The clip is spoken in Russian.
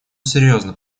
серьезно